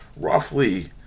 roughly